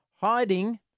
Hiding